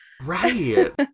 Right